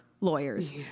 lawyers